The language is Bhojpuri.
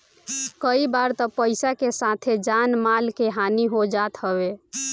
कई बार तअ पईसा के साथे जान माल के हानि हो जात हवे